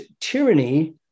tyranny